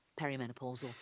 perimenopausal